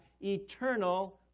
eternal